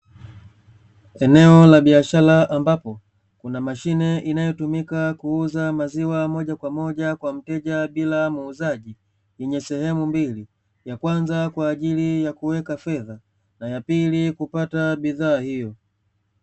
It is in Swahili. Eneo la biashara ambapo kuna mashine inayotumika kuuza maziwa moja kwa moja kwa mteja bila muuzaji, yenye sehemu mbili ya kwanza kwa ajili ya kuweka fedha na ya pili kupata bidhaa hiyo.